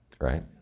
right